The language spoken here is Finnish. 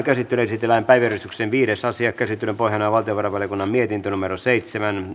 käsittelyyn esitellään päiväjärjestyksen viides asia käsittelyn pohjana on valtiovarainvaliokunnan mietintö seitsemän